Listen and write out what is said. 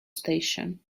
station